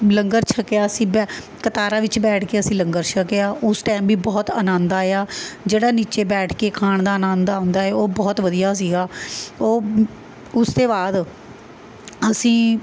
ਲੰਗਰ ਛੱਕਿਆ ਅਸੀਂ ਬੈ ਕਤਾਰਾਂ ਵਿੱਚ ਬੈਠ ਕੇ ਅਸੀਂ ਲੰਗਰ ਛੱਕਿਆ ਉਸ ਟਾਈਮ ਵੀ ਬਹੁਤ ਆਨੰਦ ਆਇਆ ਜਿਹੜਾ ਨੀਚੇ ਬੈਠ ਕੇ ਖਾਣ ਦਾ ਆਨੰਦ ਆਉਂਦਾ ਏ ਉਹ ਬਹੁਤ ਵਧੀਆ ਸੀਗਾ ਉਹ ਉਸ ਤੋਂ ਬਾਅਦ ਅਸੀਂ